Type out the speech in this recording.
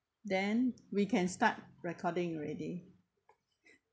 then we can start recording already